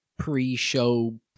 pre-show